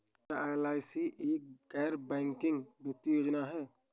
क्या एल.आई.सी एक गैर बैंकिंग वित्तीय योजना है?